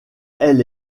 elle